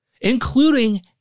including